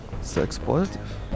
Sex-positive